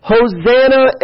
Hosanna